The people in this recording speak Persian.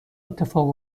اتفاق